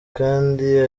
kandi